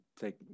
take